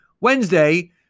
Wednesday